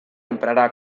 emprarà